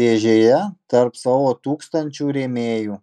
dėžėje tarp savo tūkstančių rėmėjų